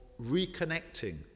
reconnecting